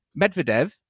Medvedev